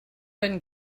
been